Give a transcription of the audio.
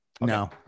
No